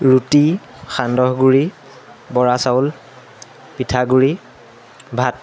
ৰুটি সান্দহ গুড়ি বৰা চাউল পিঠাগুড়ি ভাত